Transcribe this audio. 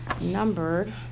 Numbered